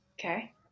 Okay